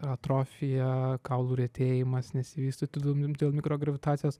atrofija kaulų retėjimas nesivystytų dėl dėl mikrogravitacijos